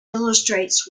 illustrates